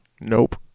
Nope